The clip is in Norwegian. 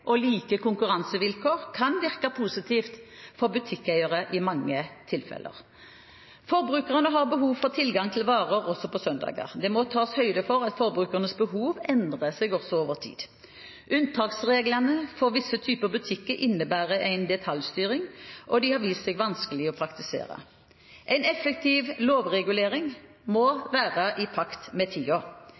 og like konkurransevilkår kan virke positivt for butikkeiere i mange tilfeller. Forbrukerne har behov for tilgang til varer også på søndager. Det må tas høyde for at forbrukernes behov endrer seg over tid. Unntaksreglene for visse typer butikker innebærer en detaljstyring, og de har vist seg å være vanskelige å praktisere. En effektiv lovregulering må være i pakt med